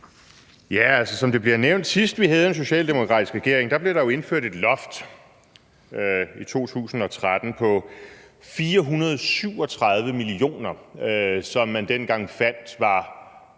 (DF): Som det bliver nævnt: Sidst vi havde en socialdemokratisk regering, blev der jo indført et loft, i 2013, på 437 mio. kr., som man dengang fandt var